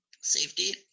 Safety